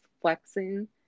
flexing